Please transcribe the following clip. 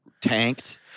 tanked